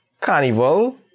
Carnival